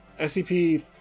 scp